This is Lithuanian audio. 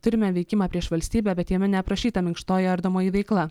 turime veikimą prieš valstybę bet jame neaprašyta minkštoji ardomoji veikla